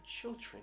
children